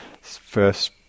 first